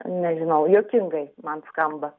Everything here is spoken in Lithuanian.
nežinau juokingai man skamba